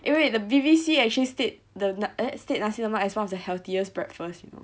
eh wait the B_B_C actually state the eh state nasi lemak as one of the healthiest breakfast